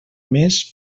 més